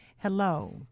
Hello